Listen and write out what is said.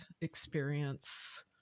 experience